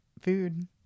food